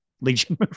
Legion